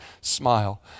smile